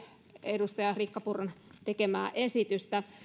edustaja riikka purran tekemää esitystä